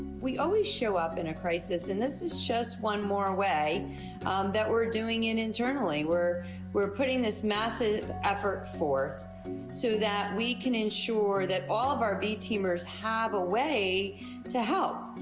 we always show up in a crisis, and this is just one more way we're doing it internally. we're we're putting this massive effort forth so that we can ensure that all of our v teamers have a way to help.